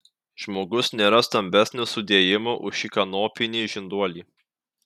žmogus nėra stambesnio sudėjimo už šį kanopinį žinduolį